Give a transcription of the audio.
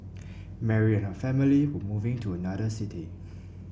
Mary and her family were moving to another city